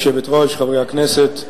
חברי הכנסת,